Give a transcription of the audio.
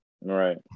Right